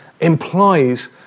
implies